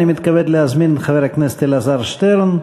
אני מתכבד להזמין את חבר הכנסת אלעזר שטרן.